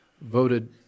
voted